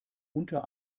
unter